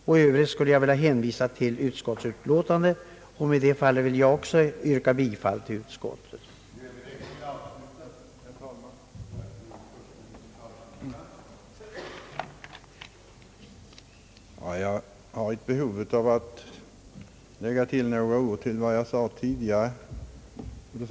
I övrigt vill jag hänvisa till utskottets utlåtande och ber att få yrka bifall till utskottets hemställan.